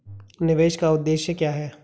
निवेश का उद्देश्य क्या है?